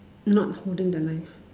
not holding the knife